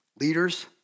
leaders